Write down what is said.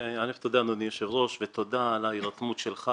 תודה אדוני היושב-ראש ותודה על ההירתמות שלך